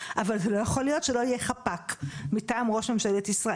אני איכשהו תיארתי לעצמי את המצב.